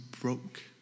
broke